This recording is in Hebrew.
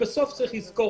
צריך לזכור,